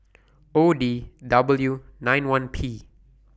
O D W nine one P